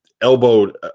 Elbowed